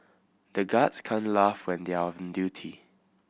the guards can laugh when they are on the duty